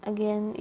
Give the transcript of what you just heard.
Again